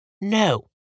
No